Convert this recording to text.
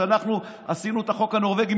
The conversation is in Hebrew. כשאנחנו עשינו את החוק הנורבגי,